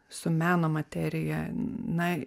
su meno materija na